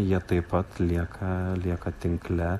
jie taip pat lieka lieka tinkle